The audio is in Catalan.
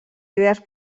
idees